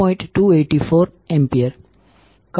6 2